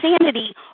sanity